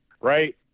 right